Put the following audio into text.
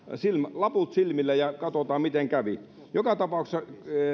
laput silmillä ja katsotaan miten kävi joka tapauksessa